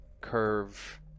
curve